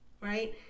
right